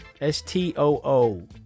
S-T-O-O